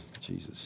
Jesus